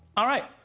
alright,